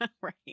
Right